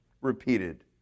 repeated